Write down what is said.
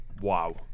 Wow